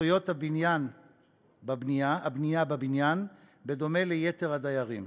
בזכויות הבנייה בבניין, בדומה ליתר הדיירים.